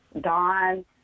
Don